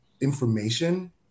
information